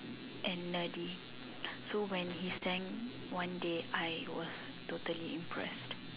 and nerdy so when he sang one day I was totally impressed